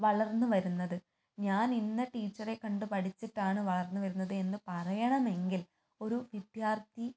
വളർന്ന് വരുന്നത് ഞാൻ ഇന്ന ടീച്ചറെ കണ്ട് പഠിച്ചിട്ടാണ് വളർന്ന് വരുന്നത് എന്ന് പറയണമെങ്കിൽ ഒരു വിദ്യാർഥി